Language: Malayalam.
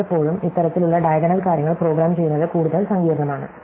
മിക്കപ്പോഴും ഇത്തരത്തിലുള്ള ഡയഗണൽ കാര്യങ്ങൾ പ്രോഗ്രാം ചെയ്യുന്നത് കൂടുതൽ സങ്കീർണ്ണമാണ്